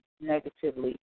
negatively